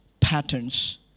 patterns